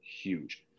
huge